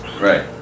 Right